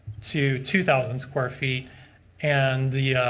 to two thousand square feet and